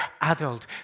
adult